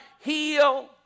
heal